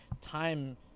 time